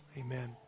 Amen